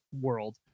world